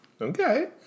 Okay